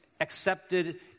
accepted